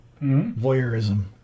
voyeurism